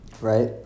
right